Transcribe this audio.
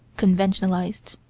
conventionalized.